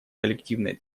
коллективной